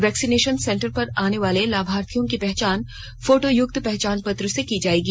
vaccination centre पर आने वाले लाभार्थियों की पहचान फोटोयुक्त पहचान पत्र से की जाएगी